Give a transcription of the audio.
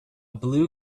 blue